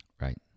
Right